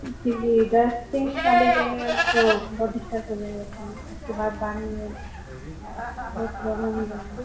फ़िर भी दस दिन का लीजिएगा तो बहुत डिस्टर्ब हो जाएगा बच्चा उसके बाद बाद में बहुत प्रॉब्लेम हो जाएगा